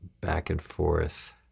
back-and-forth